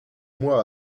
mois